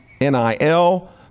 NIL